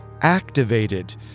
activated